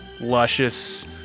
luscious